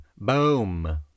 boom